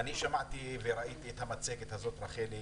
אני שמעתי וראיתי את המצגת הזאת, רחלי,